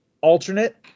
alternate